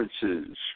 differences